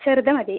ചെറുത് മതി